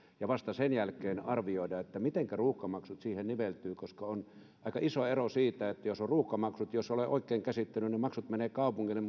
ja vasta sen jälkeen arvioida mitenkä ruuhkamaksut siihen niveltyvät koska näissä on aika iso ero jos on ruuhkamaksut niin jos olen oikein käsittänyt ne maksut menevät kaupungille